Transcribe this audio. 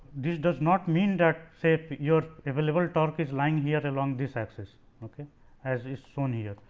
this does not mean that say your available torque is lying here along this axis ok as is shown here.